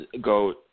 go